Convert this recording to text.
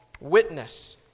witness